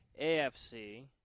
AFC